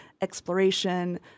exploration